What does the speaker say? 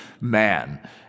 man